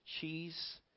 cheese